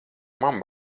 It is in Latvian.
man